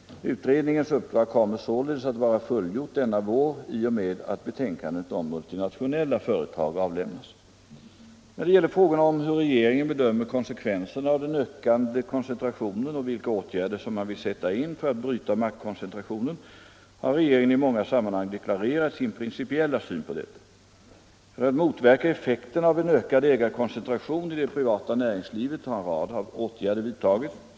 Utredningens uppdrag kommer således att vara fullgjort denna vår i och med att betänkandet om multinationella företag avlämnas. När det gäller frågorna om hur regeringen bedömer konsekvenserna av den ökande koncentrationen och vilka åtgärder som man vill sätta in för att bryta maktkoncentrationen har regeringen i många sammanhang deklarerat sin principiella syn på detta. För att motverka effekterna av en ökad ägarkoncentration i det privata näringslivet har en rad åtgärder vidtagits.